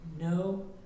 No